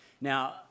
Now